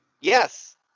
Yes